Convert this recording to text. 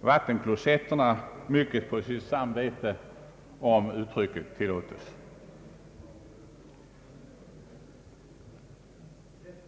vattenklosetterna mycket på sitt samvete, om uttrycket tillåtes.